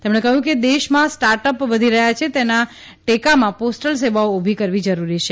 તેમણે કહ્યું કે દેશમાં સ્ટાર્ટ અપ વધી રહ્યા છે તેના ટેકામાં પોસ્ટલ સેવાઓ ઉભી કરવી જરુરી છે